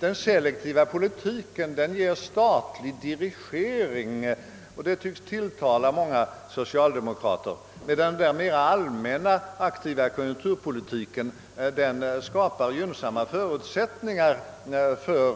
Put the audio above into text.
Den selektiva politiken ger statlig dirigering, och det tycks tilltala många socialdemokrater, medan den mera all männa, aktiva konjunkturpolitiken skapar gynnsamma förutsättningar för